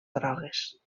grogues